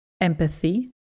empathy